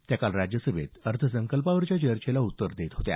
त्या काल राज्यसभेत अर्थसंकल्पावरच्या चर्चेला उत्तर देत होत्या